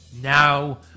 Now